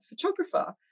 photographer